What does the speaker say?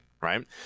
Right